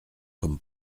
comme